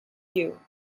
you